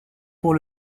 pour